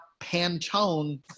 Pantone